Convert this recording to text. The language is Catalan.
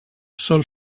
sol